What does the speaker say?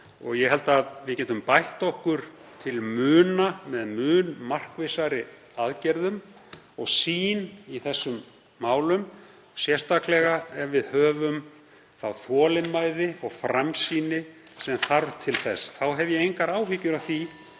og ég held að við getum bætt okkur til muna með mun markvissari aðgerðum og sýn í þessum málum, sérstaklega ef við höfum þá þolinmæði og framsýni sem þarf til þess. Þá hef ég engar áhyggjur af því